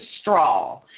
straw